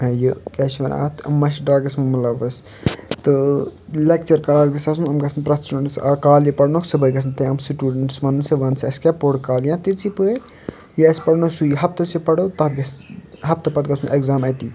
آ یہِ کیٛاہ چھِ وَنان اَتھ یِم ما چھِ ڈرٛگٕس مَنٛز مُلوَث تہٕ لیکچَر کلَاس گژھِ آسُن یِم گژھن پرٛتھ سِٹوٗڈَنٛٹٕس آ کالہِ یہِ پَرنوکھ صُبحٲے گژھن تِم سِٹوٗڈَنٛٹٕس وَنُن ہَے وَن سا اَسہِ کیٛاہ پوٚر کالہٕ یا تِتھسٕے پٲٹھۍ یہِ اَسہِ پَرنو سُے ہَفتَس یہِ پَرو تَتھ گژھِ ہَفتہٕ پَتہٕ گژھُن ایٚگزام اَتی